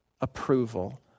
approval